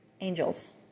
angels